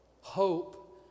Hope